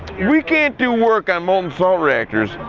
we can't do work on molten salt reactors,